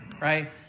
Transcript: right